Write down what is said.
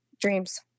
dreams